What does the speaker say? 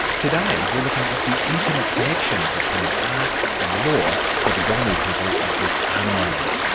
today we're looking at the intimate connection between art and law for the yolngu people of east arnhem land.